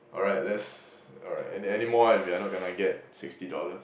alright let's alright anymore and we're not gonna get sixty dollars